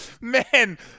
Man